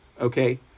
okay